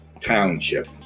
Township